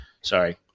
sorry